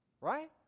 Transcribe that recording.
Right